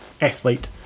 athlete